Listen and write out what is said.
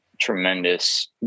tremendous